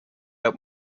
out